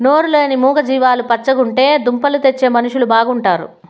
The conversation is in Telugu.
నోరు లేని మూగ జీవాలు పచ్చగుంటే దుంపలు తెచ్చే మనుషులు బాగుంటారు